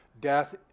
Death